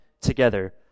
together